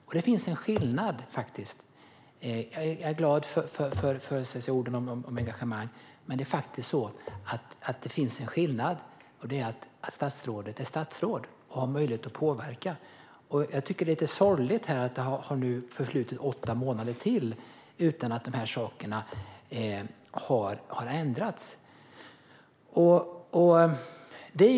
Jag är glad över orden om mitt engagemang, men det finns en skillnad, nämligen att statsrådet är statsråd och har möjlighet att påverka. Jag tycker att det är lite sorgligt att ytterligare åtta månader nu har förflutit utan att det har blivit någon ändring i detta.